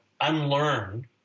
unlearn